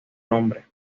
nombre